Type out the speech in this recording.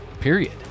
period